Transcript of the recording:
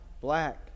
black